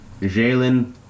Jalen